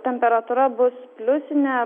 temperatūra bus pliusinė